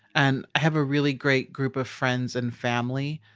and i have a really great group of friends and family.